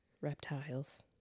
reptiles